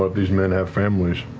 but these men have families